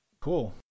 cool